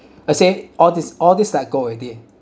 I say all these all these let go already